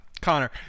Connor